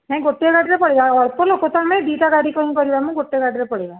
ନାଇଁ ଗୋଟିଏ ଗାଡ଼ିରେ ପଳେଇବା ଅଳ୍ପ ଲୋକ ତ ଆମେ ଦୁଇଟା ଗାଡ଼ି କ'ଣ କରିବା ମ ଗୋଟିଏ ଗାଡ଼ିରେ ପଳେଇବା